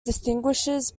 distinguishes